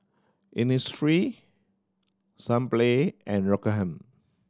Innisfree Sunplay and Rockingham